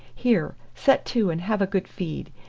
here, set to and have a good feed.